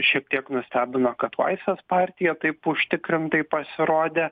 šiek tiek nustebino kad laisvės partija taip užtikrintai pasirodė